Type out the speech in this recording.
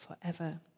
forever